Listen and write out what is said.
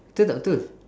betul tak betul